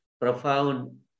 profound